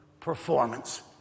performance